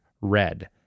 red